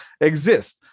exist